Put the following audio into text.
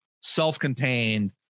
self-contained